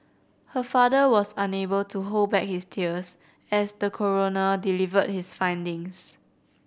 her father was unable to hold back his tears as the coroner delivered his findings